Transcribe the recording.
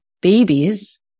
babies